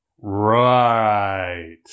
Right